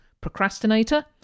procrastinator